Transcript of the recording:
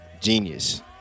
genius